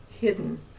hidden